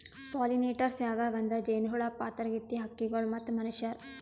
pollinators ಯಾವ್ಯಾವ್ ಅಂದ್ರ ಜೇನಹುಳ, ಪಾತರಗಿತ್ತಿ, ಹಕ್ಕಿಗೊಳ್ ಮತ್ತ್ ಮನಶ್ಯಾರ್